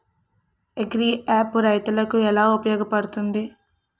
Agri app రైతులకి ఏలా ఉపయోగ పడుతుంది?